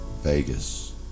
Vegas